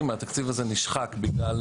אתם תראו את זה במסגרת דיוני התקציב כשיאושר